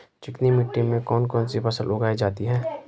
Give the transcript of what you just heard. चिकनी मिट्टी में कौन कौन सी फसल उगाई जाती है?